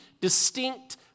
distinct